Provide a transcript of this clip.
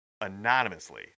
anonymously